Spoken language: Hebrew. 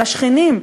על השכנים,